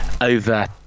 over